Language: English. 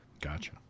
gotcha